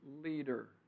leader